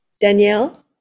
Danielle